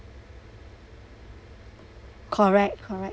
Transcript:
correct correct